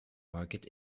market